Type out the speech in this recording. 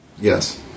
Yes